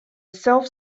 self